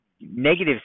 negative